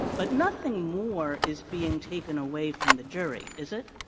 but nothing more is being taken away from the jury, is it?